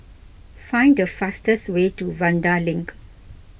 find the fastest way to Vanda Link